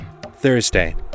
Thursday